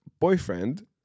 boyfriend